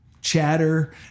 chatter